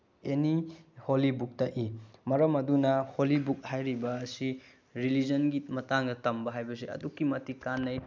ꯑꯦꯅꯤ holy ꯕꯨꯛꯇ ꯏ ꯃꯔꯝ ꯑꯗꯨꯅ ꯍꯣꯂꯤ ꯕꯨꯛ ꯍꯥꯏꯔꯤꯕ ꯑꯁꯤ ꯔꯤꯂꯤꯖꯟꯒꯤ ꯃꯇꯥꯡꯗ ꯇꯝꯕ ꯍꯥꯏꯕꯁꯤ ꯑꯗꯨꯛꯀꯤ ꯃꯇꯤꯛ ꯀꯥꯟꯅꯩ